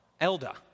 Elda